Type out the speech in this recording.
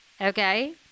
okay